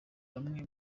bamwe